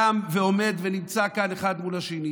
קם ועומד ונמצא כאן אחד מול השני.